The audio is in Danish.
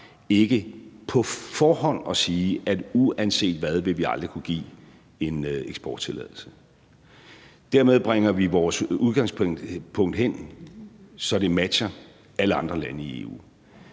ikke på forhånd at sige, at uanset hvad vil vi aldrig kunne give en eksporttilladelse. Dermed bringer vi vores udgangspunkt et sted hen, så det matcher alle andre lande i EU.